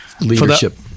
Leadership